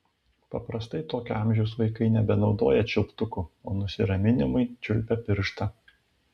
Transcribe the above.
paprastai tokio amžiaus vaikai nebenaudoja čiulptukų o nusiraminimui čiulpia pirštą